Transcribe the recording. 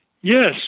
Yes